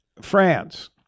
France